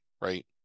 right